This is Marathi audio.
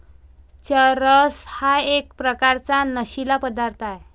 चरस हा एक प्रकारचा नशीला पदार्थ आहे